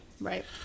Right